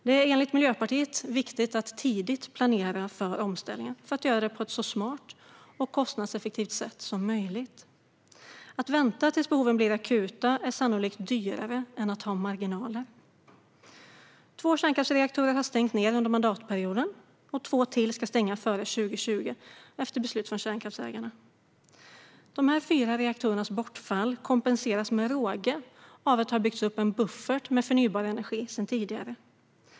Det är enligt Miljöpartiet viktigt att tidigt planera för omställningen för att göra den på ett så smart och kostnadseffektivt sätt som möjligt. Att vänta tills behoven blir akuta är sannolikt dyrare än att ha marginaler. Två kärnkraftsreaktorer har stängt ned under mandatperioden, och två till ska stänga före 2020 efter beslut från kärnkraftsägarna. Dessa fyra reaktorers bortfall kompenseras med råge av att det har byggts upp en buffert med förnybar energi sedan tidigare.